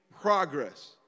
progress